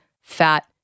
fat